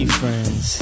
friends